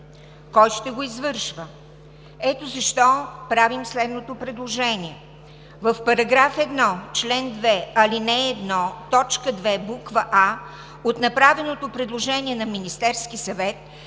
Кой ще го извършва? Ето защо правим следното предложение: